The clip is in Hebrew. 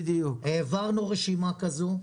העברנו רשימה כזאת.